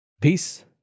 Peace